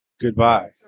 goodbye